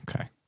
Okay